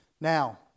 Now